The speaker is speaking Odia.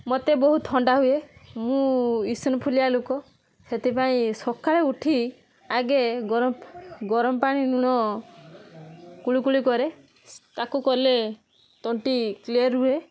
ମତେ ବହୁତ ଥଣ୍ଡା ହୁଏ ମୁଁ ଇସନଫୁଲିଆ ଲୋକ ସେଥିପାଇଁ ସକାଳୁ ଉଠି ଆଗେ ଗରମ ଗରମ ପାଣି ନୁଣ କୁଳୁକୁଳି କରେ ତାକୁ କଲେ ତଣ୍ଟି କ୍ଳିଅର ହୁଏ